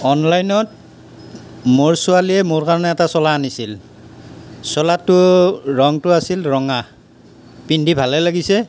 অনলাইনত মোৰ ছোৱালীয়ে মোৰ কাৰণে এটা চোলা আনিছিল চোলাটোৰ ৰংটো আছিল ৰঙা পিন্ধি ভালেই লাগিছে